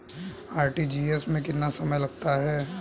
RTGS में कितना समय लगता है?